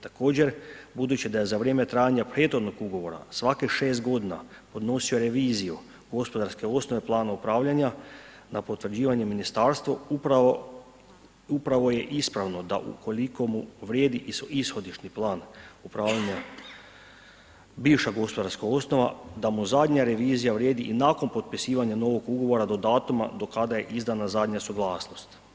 Također budući da je za vrijeme trajanja prethodnog ugovora svakih 6 godina podnosio reviziju gospodarske osnove, plana upravljanja na potvrđivanje ministarstvu upravo je ispravno da ukoliko mu vrijedi ishodišni plan upravljanja bivša gospodarska osnova da mu zadnja revizija vrijedi i nakon potpisivanja novog ugovora do datuma do kada je izdana zadnja suglasnost.